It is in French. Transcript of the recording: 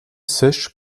sèche